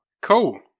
Cool